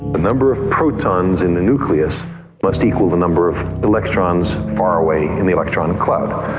the number of protons in the nucleus must equal the number of electrons far away in the electron cloud.